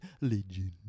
legend